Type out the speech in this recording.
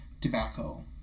tobacco